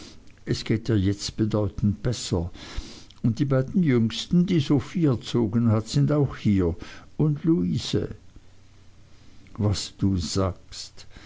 es geht ihr jetzt bedeutend besser und die beiden jüngsten die sophie erzogen hat sind auch hier und luise was du sagst